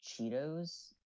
Cheetos